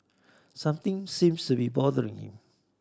something seems to be bothering him